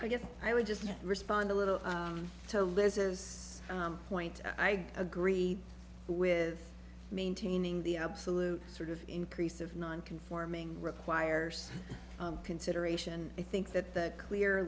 i guess i would just respond a little to liz's point i agree with maintaining the absolute sort of increase of non conforming requires consideration i think that the clear